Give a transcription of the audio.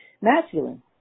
masculine